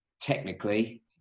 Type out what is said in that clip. technically